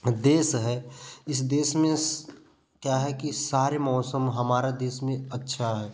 देश है इस देश में क्या है कि सारे मौसम हमारा देश में अच्छा है